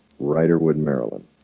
riderwood, maryland